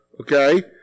Okay